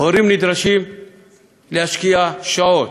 הורים נדרשים להשקיע שעות,